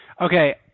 Okay